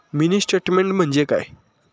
Mini statement म्हणजे काय?